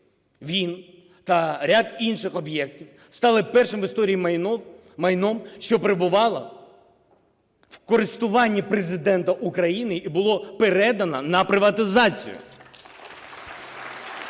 він та ряд інших об'єктів стали першим в історії майном, що перебувало в користуванні Президента України і було передано на приватизацію.